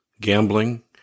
gambling